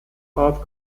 art